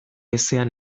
ezean